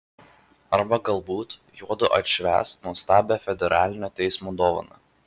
arba galbūt juodu atšvęs nuostabią federalinio teismo dovaną